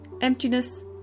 emptiness